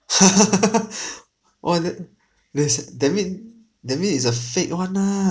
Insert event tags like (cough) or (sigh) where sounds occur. (laughs) oh that there's that mean that mean it's a fake one ah